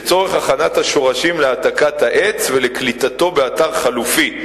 להעתקת העץ ולקליטתו באתר חלופי,